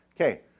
Okay